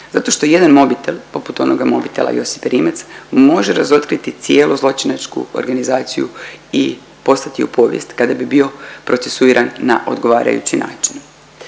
Zato što jedan mobitel poput onoga mobitela Josipe Rimac može razotkriti cijelu zločinačku organizaciju i poslati ju u povijest kada bi bio procesuiran na odgovarajući način.